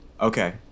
Okay